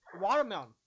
Watermelon